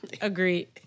Agreed